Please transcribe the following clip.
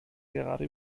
gerade